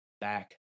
back